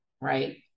right